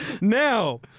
Now